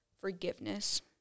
forgiveness